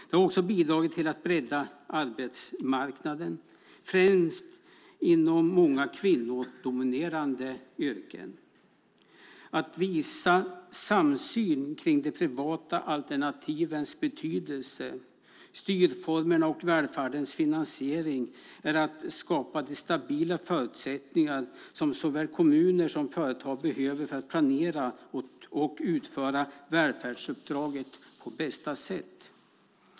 Det har också bidragit till att bredda arbetsmarknaden, främst inom många kvinnodominerade yrken. Att visa samsyn kring de privata alternativens betydelse, styrformerna och välfärdens finansiering är att skapa de stabila förutsättningar som såväl kommuner som företag behöver för att planera och utföra välfärdsuppdraget på bästa sätt.